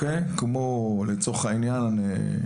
כמו, לצורך העניין,